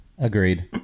Agreed